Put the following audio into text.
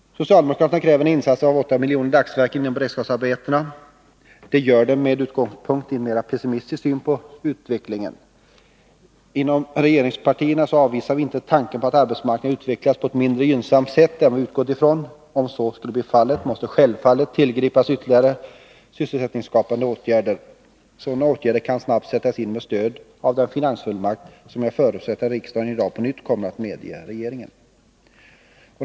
Socialdemokraterna kräver en insats av 8 miljoner dagsverken inom beredskapsarbetena. Det gör de med utgångspunkt i en mer pessimistisk syn på utvecklingen. Inom regeringspartierna avvisar vi inte tanken på att arbetsmarknaden utvecklas på ett mindre gynnsamt sätt än vi utgått från. Om så skulle bli fallet måste självfallet ytterligare sysselsättningsskapande åtgärder tillgripas. Sådana åtgärder kan snabbt sättas in med stöd av den finansfullmakt som jag förutsätter att riksdagen i dag på nytt kommer att medge regeringen.